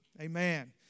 Amen